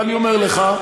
ואני אומר לך,